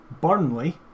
Burnley